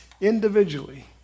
individually